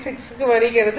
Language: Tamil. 96 க்கு வருகிறது